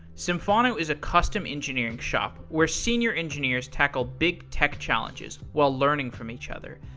symphono is a custom engineering shop where senior engineers tackle big tech challenges while learning from each other.